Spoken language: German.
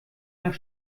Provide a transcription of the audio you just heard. nach